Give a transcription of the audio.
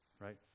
right